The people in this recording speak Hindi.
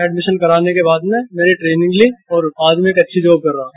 एडमिशन कराने के बाद में मैंने ट्रेनिंग ती और बाद में मैं अच्छी जॉब कर रहा हूँ